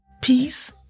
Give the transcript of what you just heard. peace